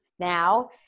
now